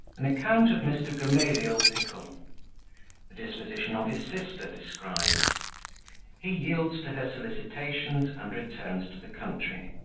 an account of mr. gamaliel pickle the disposition of his sister described he yields to her solicitations, and returns to the country.